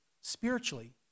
spiritually